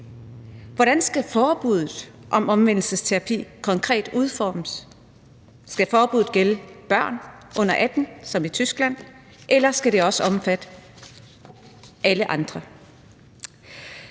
Hvordan skal forbuddet mod omvendelsesterapi konkret udformes? Skal forbuddet gælde børn under 18 år som i Tyskland, eller skal det også omfatte alle andre?